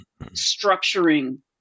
structuring